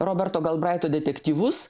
roberto galbraito detektyvus